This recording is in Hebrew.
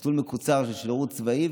מסלול מקוצר של שירות צבאי,